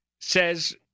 says